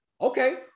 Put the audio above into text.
okay